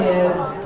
Kids